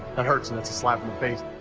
that hurts and it's a slap in the face.